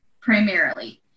primarily